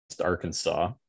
Arkansas